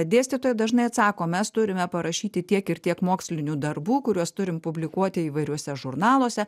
dėstytojai dažnai atsako mes turime parašyti tiek ir tiek mokslinių darbų kuriuos turim publikuoti įvairiuose žurnaluose